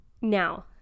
now